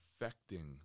affecting